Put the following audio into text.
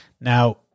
Now